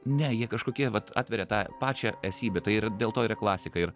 ne jie kažkokie vat atveria tą pačią esybę tai ir dėl to yra klasika ir